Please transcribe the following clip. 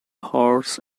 horse